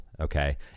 Okay